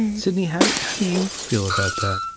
sydney, how do how do you feel about that?